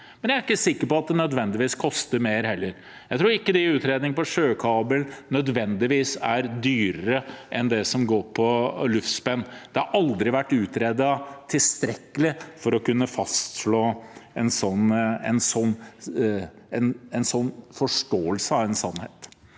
men jeg er ikke sikker på at det nødvendigvis koster mer heller. Jeg tror ikke utredningene viser at sjøkabel nødvendigvis er dyrere enn luftspenn. Det har aldri vært utredet tilstrekkelig til å kunne fastslå en slik forståelse av en sannhet.